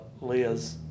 Liz